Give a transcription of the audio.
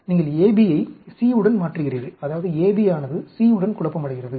நீங்கள் A B ஐ C உடன் மாற்றுகிறீர்கள் அதாவது A B ஆனது C உடன் குழப்பமடைகிறது